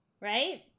Right